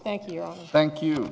thank you thank you